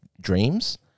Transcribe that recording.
dreams